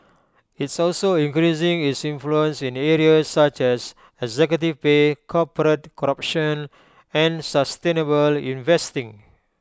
it's also increasing its influence in areas such as executive pay corporate corruption and sustainable investing